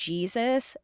Jesus